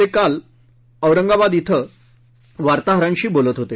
ते काल औरंगाबाद के वार्ताहरांशी बोलत होते